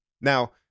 Now